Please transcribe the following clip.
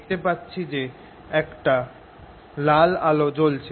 দেখতে পাচ্ছ যে একটা লাল আলো জ্বলছে